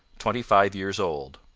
twenty-five years old.